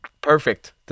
perfect